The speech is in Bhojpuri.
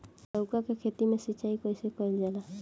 लउका के खेत मे सिचाई कईसे कइल जाला?